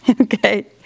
Okay